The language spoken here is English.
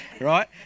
right